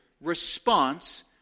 response